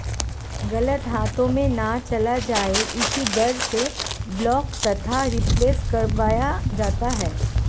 गलत हाथों में ना चला जाए इसी डर से ब्लॉक तथा रिप्लेस करवाया जाता है